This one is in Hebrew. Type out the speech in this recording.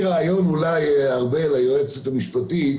אנחנו נעשה חמש דקות התייעצות.